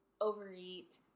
overeat